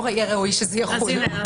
ראוי שיחול.